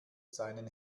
seinen